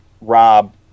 Rob